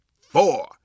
four